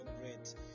great